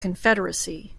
confederacy